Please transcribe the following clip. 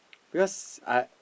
because I